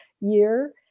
year